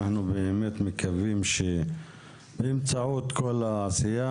אנחנו באמת מקווים שבאמצעות כל העשייה